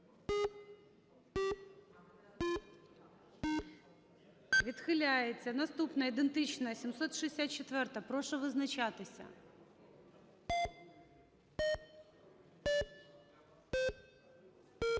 Відхиляється. Наступна ідентична, 764-а. Прошу визначатися. 13:21:18